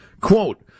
Quote